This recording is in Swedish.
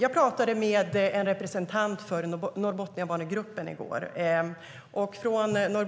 Jag pratade med en representant för Norrbotniabanegruppen i går.